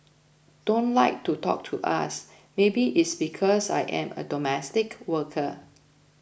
don't like to talk to us maybe it's because I am a domestic worker